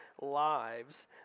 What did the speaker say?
lives